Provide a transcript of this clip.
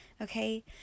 okay